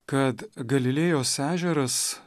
kad galilėjos ežeras